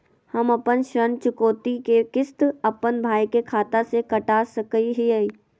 हम अपन ऋण चुकौती के किस्त, अपन भाई के खाता से कटा सकई हियई?